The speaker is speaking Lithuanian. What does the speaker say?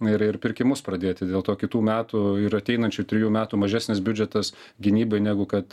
ir ir pirkimus pradėti dėl to kitų metų ir ateinančių trijų metų mažesnis biudžetas gynybai negu kad